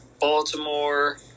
Baltimore